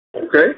okay